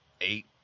eight